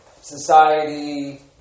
society